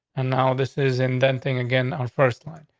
and now this is inventing again on first line?